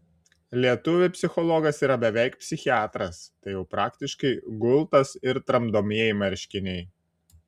lietuviui psichologas yra beveik psichiatras tai jau praktiškai gultas ir tramdomieji marškiniai